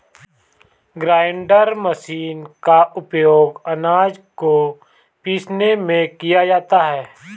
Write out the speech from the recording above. grinder machine का उपयोग आनाज को पीसने में किया जाता है